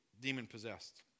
demon-possessed